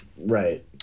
Right